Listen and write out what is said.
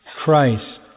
Christ